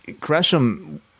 Gresham